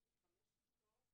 יש לי 5 כיתות,